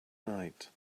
night